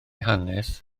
hanes